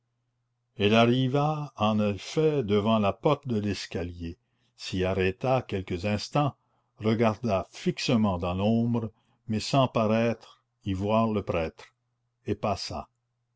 elle arriva en effet devant la porte de l'escalier s'y arrêta quelques instants regarda fixement dans l'ombre mais sans paraître y voir le prêtre et passa